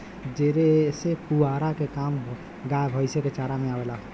जेसे पुआरा के काम गाय भैईस के चारा में आवेला